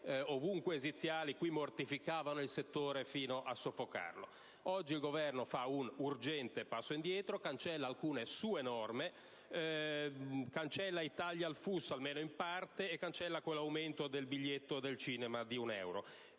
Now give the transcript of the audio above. ovunque esiziali, qui mortificavano il settore fino a soffocarlo. Oggi il Governo fa un urgente passo indietro, cancella alcune sue norme, cancella i tagli al FUS, almeno in parte, e cancella l'aumento del biglietto del cinema di un euro.